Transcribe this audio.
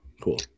cool